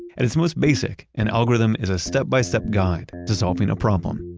at its most basic, an algorithm is a step-by-step guide to solving a problem.